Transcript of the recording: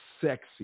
sexy